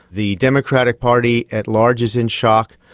the democratic party at large is in shock.